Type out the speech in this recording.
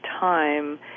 time